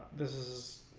this